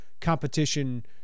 competition